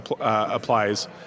applies